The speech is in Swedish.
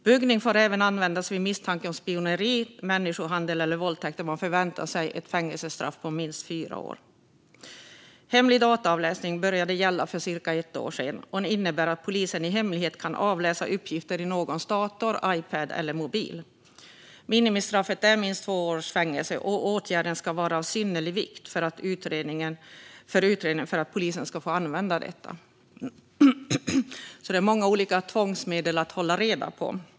Buggning får även användas vid misstanke om spioneri, människohandel eller våldtäkt där ett fängelsestraff på minst fyra år förväntas. Hemlig dataavläsning började gälla för cirka ett år sedan och innebär att polisen i hemlighet kan avläsa uppgifter i någons dator, Ipad eller mobil. Minimistraffet är minst två års fängelse, och åtgärden ska vara av synnerlig vikt för utredningen för att polisen ska få använda detta. Det är många olika tvångsmedel att hålla reda på.